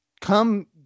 come